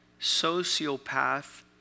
sociopath